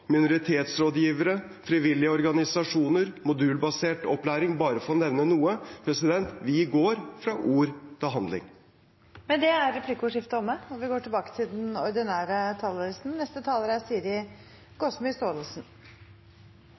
minoritetsrådgivere, frivillige organisasjoner, modulbasert opplæring – bare for å nevne noe. Vi går fra ord til handling. Replikkordskiftet er omme. Den norske modellen og måten vi har organisert det norske samfunnet på, er hovedårsaken til at Norge er